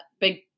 big